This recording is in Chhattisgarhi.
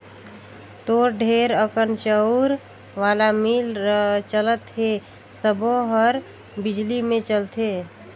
तोर ढेरे अकन चउर वाला मील चलत हे सबो हर बिजली मे चलथे